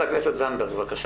זנדברג, בבקשה.